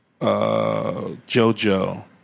JoJo